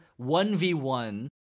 1v1